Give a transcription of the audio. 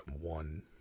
one